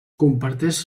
comparteix